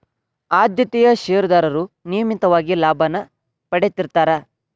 ಆದ್ಯತೆಯ ಷೇರದಾರರು ನಿಯಮಿತವಾಗಿ ಲಾಭಾನ ಪಡೇತಿರ್ತ್ತಾರಾ